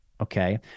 Okay